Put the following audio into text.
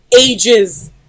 ages